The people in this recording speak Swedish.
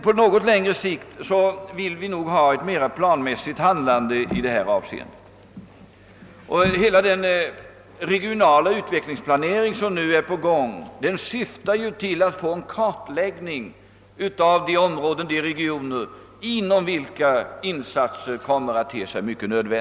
På något längre sikt är det emellertid nödvändigt med mera planmässighet i handlandet, och hela den regionala utvecklingsplanering som nu är på gång syftar just till en kartläggning av de områden och regioner inom vilka insatser kommer att te sig ofrånkomliga.